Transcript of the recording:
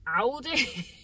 audi